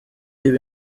ibi